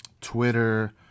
Twitter